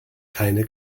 keine